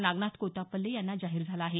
नागनाथ कोत्तापल्ले यांना जाहीर झाला आहे